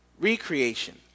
recreation